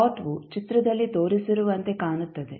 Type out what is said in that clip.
ಪ್ಲಾಟ್ವು ಚಿತ್ರದಲ್ಲಿ ತೋರಿಸಿರುವಂತೆ ಕಾಣುತ್ತದೆ